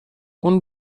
اون